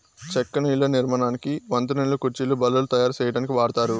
చెక్కను ఇళ్ళ నిర్మాణానికి, వంతెనలు, కుర్చీలు, బల్లలు తాయారు సేయటానికి వాడతారు